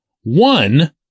One